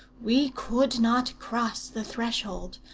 we could not cross the threshold,